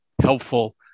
helpful